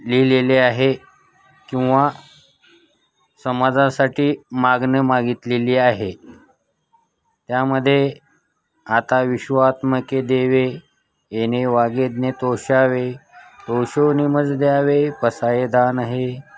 लिहिलेले आहे किंवा समाजासाठी मागणं मागितलेली आहे त्यामध्ये आतां विश्वात्मके देवे येणे वाग्यज्ञे तोषावे तोषोनि मज द्यावे पसायदान हे